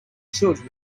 children